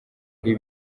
ari